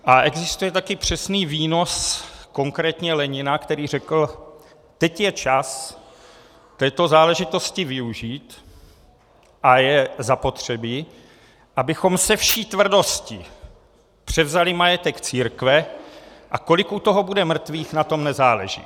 A existuje také přesný výnos konkrétně Lenina, který řekl: Teď je čas této záležitosti využít a je zapotřebí, abychom se vší tvrdostí převzali majetek církve, a kolik u toho bude mrtvých, na tom nezáleží.